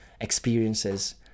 experiences